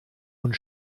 und